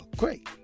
great